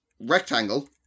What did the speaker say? rectangle